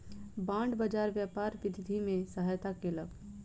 bond बाजार व्यापार वृद्धि में सहायता केलक